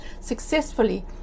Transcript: successfully